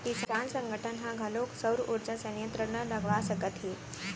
किसान संगठन ह घलोक सउर उरजा संयत्र ल लगवा सकत हे